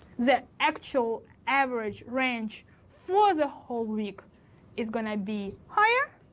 the actual average range for the whole week is going to be higher.